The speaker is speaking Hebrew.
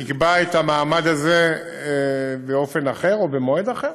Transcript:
אקבע את המעמד הזה באופן אחר או במועד אחר?